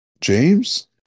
James